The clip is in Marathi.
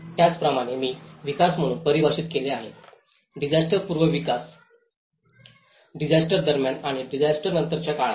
त्याचप्रमाणे मी विकास म्हणून परिभाषित केले आहे डिसास्टरपूर्व विकास डिसास्टर दरम्यान आणि डिसास्टर नंतरच्या काळात